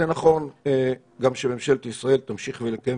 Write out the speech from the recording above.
זה נכון גם שממשלת ישראל תמשיך לקיים